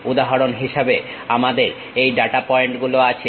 উদাহরণ হিসেবে আমাদের এই ডাটা পয়েন্টগুলো আছে